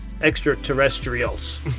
extraterrestrials